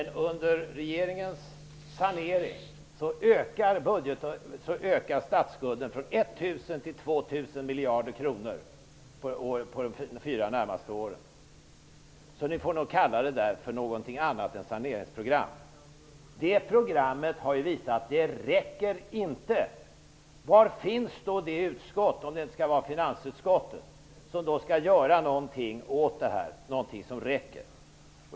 Men under regeringens sanering ökar statsskulden från 1 000 till 2 000 miljarder kronor under de fyra närmaste åren. Så ni får nog kalla det för något annat än saneringsprogram. Programmet har ju visat sig inte räcka. Var finns då det utskott, om det inte skall vara finansutskottet, som skall göra någonting åt detta som räcker?